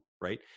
right